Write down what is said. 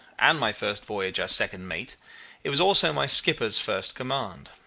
and my first voyage as second mate it was also my skipper's first command.